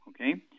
Okay